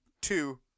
two